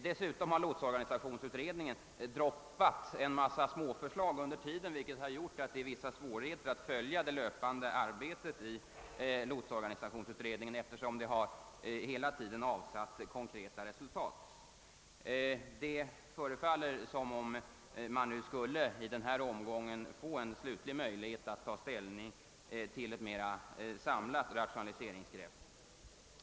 Dessutom har lotsorganisationsutredningen »droppat» en mängd småförslag under tiden, vilket har medfört vissa svårigheter att följa det löpande arbetet i utredningen, eftersom detta hela tiden kontinuerligt har avsatt konkreta resultat. Det förefaller emellertid som om man nu skulle — i denna omgång — få en slutlig möjlighet att ta ställning till ett mera samlat rationaliseringsgrepp.